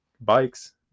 bikes